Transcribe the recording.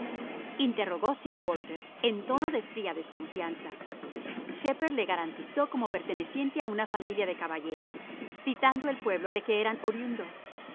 croftinteírogó sir walter en tono de fría desconfianza ishepherd le garantizó como perteneciente a una familia de caballeros citando el pueblo de que eran oriundos